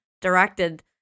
directed